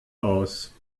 aus